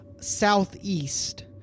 southeast